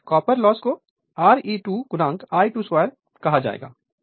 इसलिए copper loss को Re2 I22 कहा जाएगा